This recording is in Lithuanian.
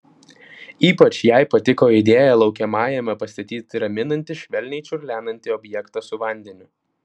ypač jai patiko idėja laukiamajame pastatyti raminantį švelniai čiurlenantį objektą su vandeniu